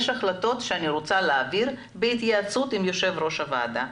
יש החלטות שאני רוצה להעביר בהתייעצות עם יושב-ראש הוועדה.